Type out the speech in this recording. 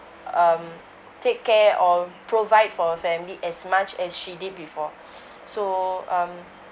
um take care or provide for a family as much as she did before so um